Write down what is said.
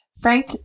Frank